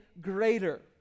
greater